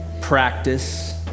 practice